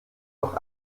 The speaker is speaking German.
doch